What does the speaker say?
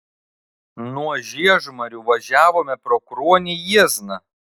nuo žiežmarių važiavome pro kruonį jiezną